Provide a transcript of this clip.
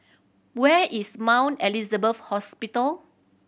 where is Mount Elizabeth Hospital